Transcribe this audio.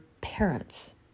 parents